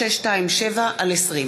הראשון, הודעה למזכירת הכנסת.